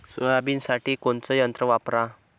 सोयाबीनसाठी कोनचं यंत्र वापरा?